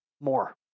more